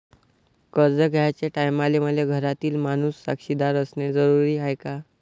कर्ज घ्याचे टायमाले मले घरातील माणूस साक्षीदार असणे जरुरी हाय का?